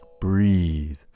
Breathe